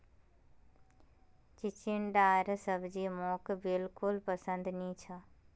चिचिण्डार सब्जी मोक बिल्कुल पसंद नी छ